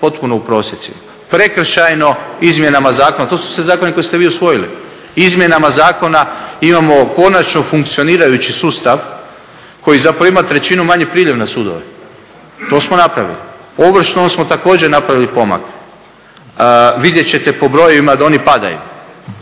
potpuno u prosjecima. Prekršajno, izmjenama zakona, to su sve zakoni koje ste vi usvojili, izmjenama zakona imamo konačno funkcionirajući sustav koji zapravo ima trećinu manji priljev na sudove. To smo napravili. U ovršnom smo također napravili pomak. Vidjet ćete po brojevima da oni padaju.